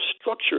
structure